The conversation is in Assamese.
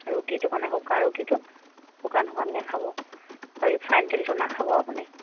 ৰুটিটো মানে শুকান ৰুটিটো শুকান শুকানকৈ খাব আৰু ৰিফাইন তেলটো নাখাব আপুনি